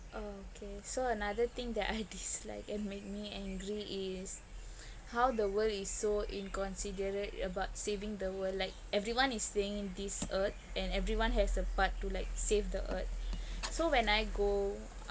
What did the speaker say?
okay so another thing that I dislike and made me angry is how the world is so inconsiderate about saving the world like everyone is staying this earth and everyone has a part to like save the earth so when I go